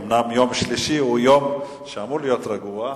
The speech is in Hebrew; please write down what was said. אומנם, יום שלישי הוא יום שאמור להיות רגוע.